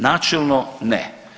Načelno ne.